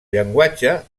llenguatge